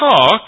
talk